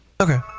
Okay